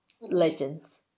legends